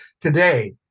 Today